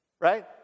right